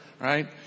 right